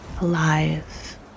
alive